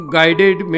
Guided